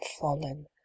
fallen